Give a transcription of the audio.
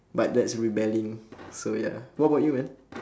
but that's rebelling so ya what about you man